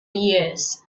years